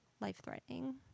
life-threatening